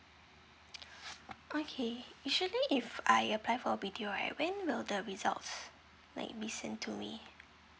okay actually if I apply for a B_T_O right when will the results like be sent to me